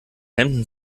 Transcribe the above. hemden